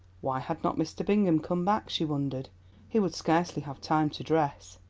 why had not mr. bingham come back, she wondered he would scarcely have time to dress.